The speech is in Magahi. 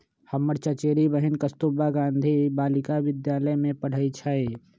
हमर चचेरी बहिन कस्तूरबा गांधी बालिका विद्यालय में पढ़इ छइ